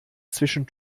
zwischen